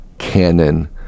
canon